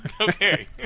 Okay